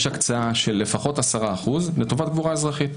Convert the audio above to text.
הקצאה של לפחות 10% לטובת קבורה אזרחית.